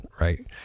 right